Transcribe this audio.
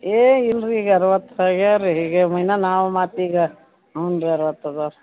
ಏ ಇಲ್ಲ ರಿ ಈಗ ಅರ್ವತ್ತು ಆಗ್ಯಾವೆ ರೀ ಈಗ ಮಿನಾ ನಾವು ಮತ್ತು ಈಗ ಹ್ಞೂ ರೀ ಅರ್ವತ್ತು ಅದಾವೆ